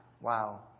Wow